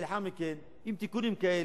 ולאחר מכן, עם תיקונים כאלה,